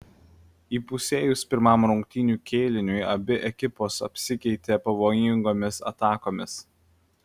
įpusėjus pirmam rungtynių kėliniui abi ekipos apsikeitė pavojingomis atakomis